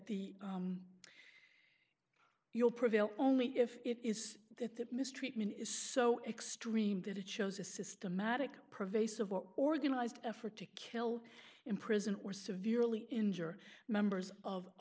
the you will prevail only if it is that that mistreatment is so extreme that it shows a systematic previous of what organized effort to kill in prison or severely injure members of a